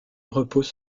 repose